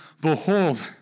Behold